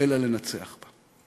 אלא לנצח בה.